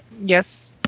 Yes